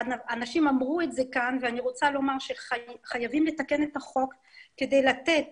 אנשים כאן אמרו את זה ואני רוצה לומר שחייבים לתקן את החוק כדי לתת